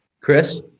Chris